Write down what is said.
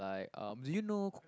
like um do you know